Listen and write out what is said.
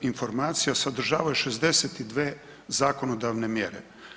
informacija sadržavaju 62 zakonodavne mjere.